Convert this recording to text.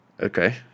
okay